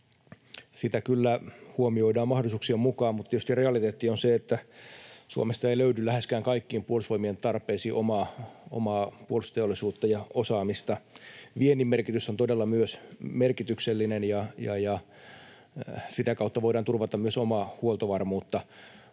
Sitä kyllä huomioidaan mahdollisuuksien mukaan, mutta tietysti realiteetti on se, että Suomesta ei löydy läheskään kaikkiin Puolustusvoimien tarpeisiin omaa puolustusteollisuutta ja osaamista. Myös viennin merkitys todella on merkityksellinen, ja sitä kautta voidaan turvata myös omaa huoltovarmuutta.